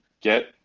get